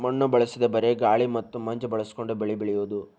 ಮಣ್ಣು ಬಳಸದೇ ಬರೇ ಗಾಳಿ ಮತ್ತ ಮಂಜ ಬಳಸಕೊಂಡ ಬೆಳಿ ಬೆಳಿಯುದು